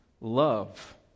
love